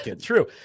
True